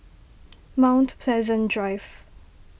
Mount Pleasant Drive